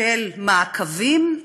של מעקבים,